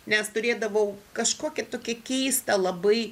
nes turėdavau kažkokį tokį keistą labai